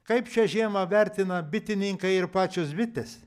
kaip šią žiemą vertina bitininkai ir pačios bitės